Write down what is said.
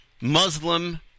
Muslim